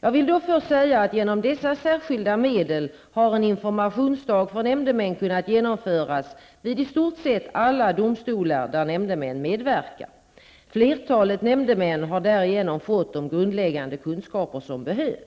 Jag vill då först säga att genom dessa särskilda medel har en informationsdag för nämndemän kunnat genomföras vid i stort sett alla domstolar där nämndemän medverkar. Flertalet nämndemän har därigenom fått de grundläggande kunskaper som de behöver.